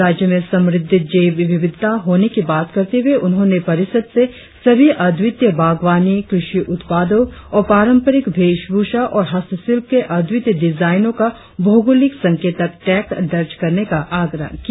राज्य में समृद्धि जैव विविधता होने की बात करते हुए उन्होंने परिषद से सभी अद्वितीय बागवानी कृषि उत्पादों और पारंपरिक वेशभूषा और हस्तशिल्प के अद्वितीय डीजाइनों का भौगोलिक संकेतक टैग दर्ज करने का आग्रह किया